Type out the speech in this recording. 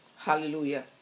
hallelujah